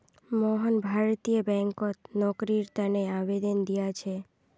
मोहन भारतीय बैंकत नौकरीर तने आवेदन दिया छे